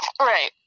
Right